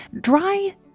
Dry